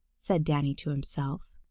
said danny to himself,